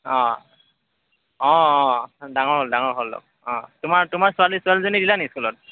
অঁ অঁ অঁ ডাঙৰ হ'ল ডাঙৰ হ'ল অঁ তোমাৰ তোমাৰ ছোৱালী ছোৱালীজনী দিলা নেকি স্কুলত